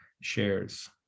shares